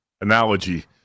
analogy